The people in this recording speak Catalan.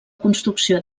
construcció